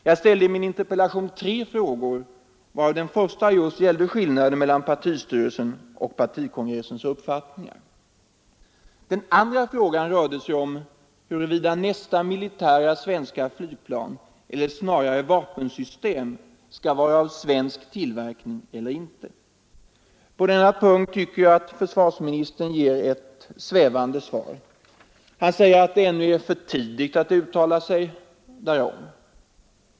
Jag ställde i min interpellation tre frågor, varav den första just gällde skillnaden mellan partistyrelsens och partikongressens uppfattningar. Den andra frågan rörde sig om huruvida nästa militära svenska flygplan eller snarare vapensystem — skall vara av svensk tillverkning eller inte. På denna punkt tycker jag att försvarsministern ger ett svävande svar. Han säger att det ännu är för tidigt att uttala sig därom.